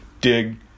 dig